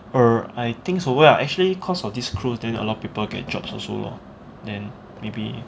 err I think so oh ya actually because of cruise then a lot of people get jobs also lor then maybe